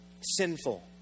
sinful